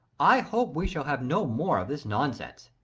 i hope we shall have no more of this nonsense.